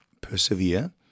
Persevere